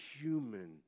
human